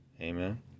Amen